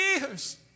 years